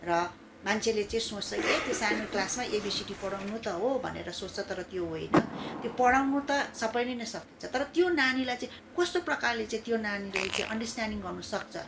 र मान्छेले चाहिँ सोच्छ कि ए त्यो सानो क्लासमा एबिसिडी पढाउनु त हो भनेर सोच्छ तर त्यो होइन त्यो पढाउनु त सबैले नै सकिन्छ तर त्यो नानीलाई चाहिँ कस्तो प्रकारले चाहिँ त्यो नानीलाई चाहिँ अन्डरस्ट्यान्टडिङ गर्नुसक्छ